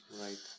right